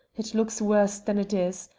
it looks worse than it is.